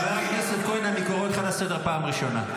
חבר הכנסת כהן, אני קורא אותך לסדר בפעם הראשונה.